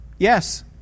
Yes